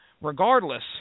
regardless